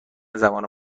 زمان